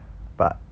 but